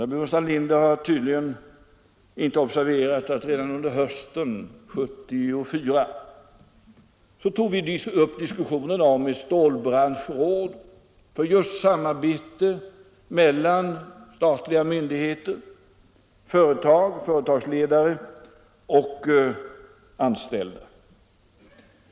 Herr Burenstam Linder har tydligen inte observerat att vi redan under hösten 1974 tog upp diskussioner om ett stålbranschråd just för ett samarbete mellan statliga myndigheter, företagsledare och anställda.